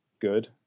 good